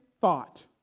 thought